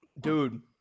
dude